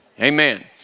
Amen